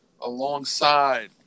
alongside